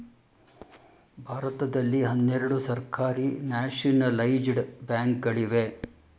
ಭಾರತದಲ್ಲಿ ಹನ್ನೆರಡು ಸರ್ಕಾರಿ ನ್ಯಾಷನಲೈಜಡ ಬ್ಯಾಂಕ್ ಗಳಿವೆ